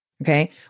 Okay